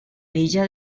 villa